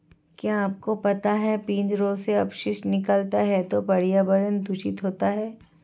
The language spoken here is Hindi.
क्या आपको पता है पिंजरों से अपशिष्ट निकलता है तो पर्यावरण दूषित होता है?